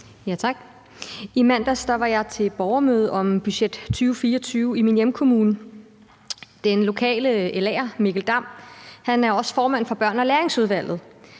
I mandags var jeg til et borgermøde om budgettet for 2024 i min hjemkommune. Den lokale LA'er, Mikkel Dam, er også formand for børne- og læringsudvalget,